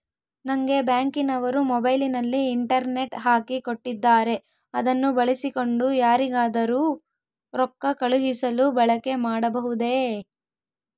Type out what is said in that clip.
ನಂಗೆ ಬ್ಯಾಂಕಿನವರು ಮೊಬೈಲಿನಲ್ಲಿ ಇಂಟರ್ನೆಟ್ ಹಾಕಿ ಕೊಟ್ಟಿದ್ದಾರೆ ಅದನ್ನು ಬಳಸಿಕೊಂಡು ಯಾರಿಗಾದರೂ ರೊಕ್ಕ ಕಳುಹಿಸಲು ಬಳಕೆ ಮಾಡಬಹುದೇ?